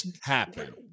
happen